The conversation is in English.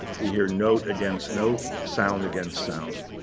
we hear note against note, sound against sound.